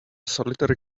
solitary